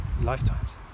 lifetimes